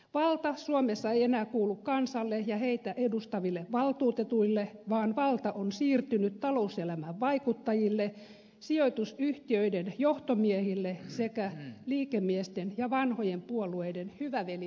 valta suomessa ei enää kuulu kansalle ja heitä edustaville valtuutetuille vaan valta on siirtynyt talouselämän vaikuttajille sijoitusyhtiöiden johtomiehille sekä liikemiesten ja vanhojen puolueiden hyvä veli verkostoille